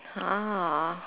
ah